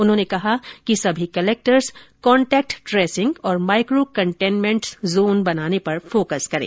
उन्होंने कहा कि सभी कलेक्टर्स कॉन्टेक्ट ट्रेसिंग और माइको कन्टेनमेंट जोन बनाने पर फोकस करें